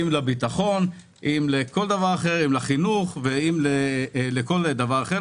אם לביטחון, לחינוך, לכל דבר אחר.